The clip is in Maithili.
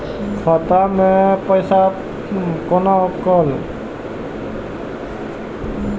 खाता मैं जमा पैसा कोना कल